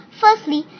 Firstly